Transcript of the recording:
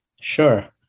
Sure